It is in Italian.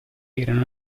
erano